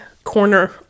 corner